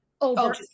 Over